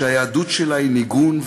שיהדות שלה היא ניגון,